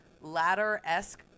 ladder-esque